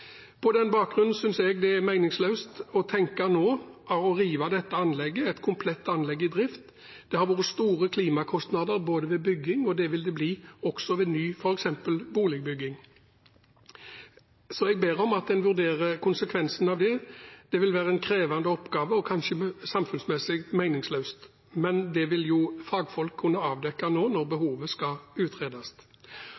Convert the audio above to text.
På den bakgrunn synes jeg det er meningsløst at man nå tenker å rive dette anlegget, et komplett anlegg i drift. Det har vært store klimakostnader ved bygging, og det vil det også bli ved f.eks. ny boligbygging. Så jeg ber om at en vurderer konsekvensen av det. Det vil være en krevende oppgave og kanskje samfunnsmessig meningsløst. Men det vil jo fagfolk kunne avdekke nå når